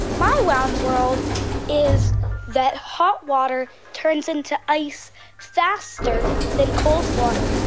my wow in the world is that hot water turns into ice faster then cold water.